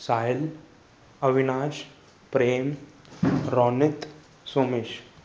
Sahil Avinash Prem Raunit Somesh